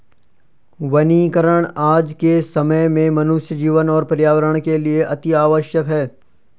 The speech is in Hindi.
वनीकरण आज के समय में मनुष्य जीवन और पर्यावरण के लिए अतिआवश्यक है